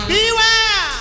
Beware